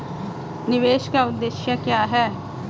निवेश का उद्देश्य क्या है?